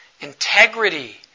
integrity